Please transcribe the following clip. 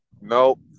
Nope